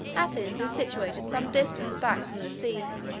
athens is situated some distance back from the sea,